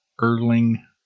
Erling